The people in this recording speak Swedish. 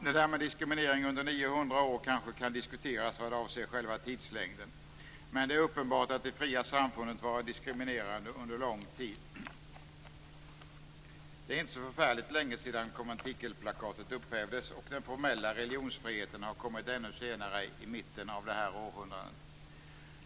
Det där med diskriminering under 900 år kanske kan diskuteras vad avser själva tidslängden. Men det är uppenbart att de fria samfunden varit diskriminerade under lång tid. Det är inte så förfärligt länge sedan konventikelplakatet upphävdes. Den formella religionsfriheten har kommit ännu senare, nämligen i mitten av det här århundradet.